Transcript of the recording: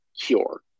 cure